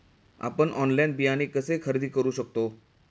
आपण ऑनलाइन बियाणे कसे खरेदी करू शकतो?